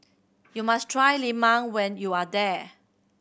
you must try lemang when you are there